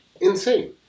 insane